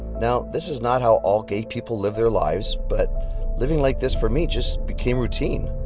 now, this is not how all gay people lives their lives, but living like this for me just became routine.